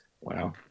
Wow